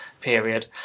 period